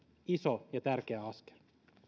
iso ja tärkeä askel